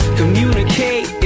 communicate